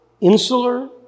Insular